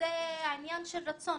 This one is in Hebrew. ושזה עניין של רצון.